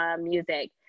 music